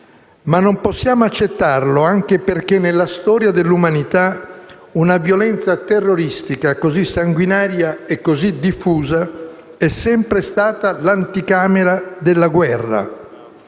Non possiamo accettarlo anche perché nella storia dell'umanità una violenza terroristica così sanguinaria e così diffusa è sempre stata l'anticamera della guerra,